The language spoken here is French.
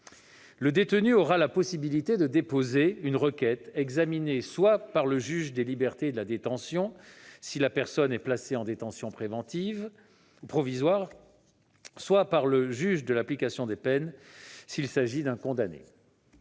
Le détenu aura la possibilité de déposer une requête, examinée soit par le juge des libertés et de la détention, si la personne est placée en détention provisoire, soit par le juge de l'application des peines, s'il s'agit d'un condamné.